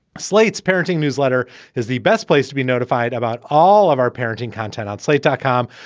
slate's parenting newsletter is the best place to be notified about all of our parenting content on slate dot com,